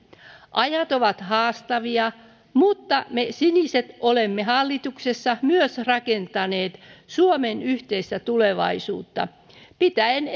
ajat ovat haastavia mutta me siniset olemme hallituksessa myös rakentaneet suomen yhteistä tulevaisuutta pitäen